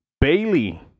Bailey